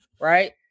right